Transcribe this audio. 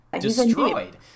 destroyed